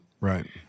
Right